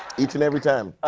each and every time.